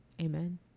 Amen